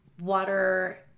water